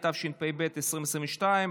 התשפ"ב 2022,